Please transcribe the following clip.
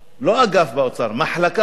לא אגף באוצר, מחלקה באוצר.